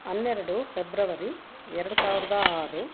ಹನ್ನೆರಡು ಫೆಬ್ರವರಿ ಎರಡು ಸಾವಿರದ ಆರು